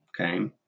okay